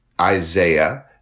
Isaiah